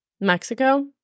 Mexico